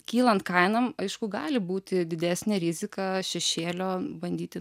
kylant kainom aišku gali būti didesnė rizika šešėlio bandyti